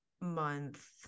month